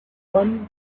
won